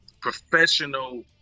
professional